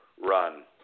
run